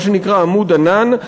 מה שנקרא "עמוד ענן",